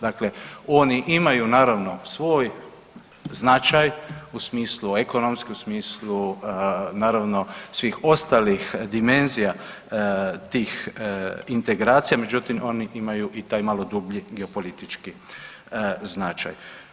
Dakle, oni imaju naravno svoj značaj u smislu, ekonomskom smislu naravno svih ostalih dimenzija tih integracija, međutim oni imaju i taj malo dublji geopolitički značaj.